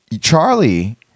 charlie